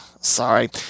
Sorry